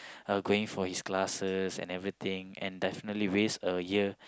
uh going for his classes and everything and definitely waste a year